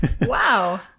Wow